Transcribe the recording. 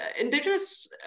indigenous